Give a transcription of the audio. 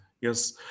yes